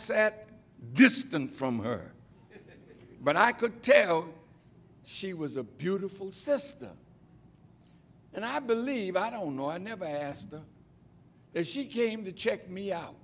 sat distant from her but i could tell she was a beautiful system and i believe i don't know i never asked her if she came to check me out